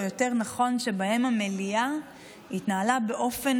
או יותר נכון שבהם המליאה התנהלה באופן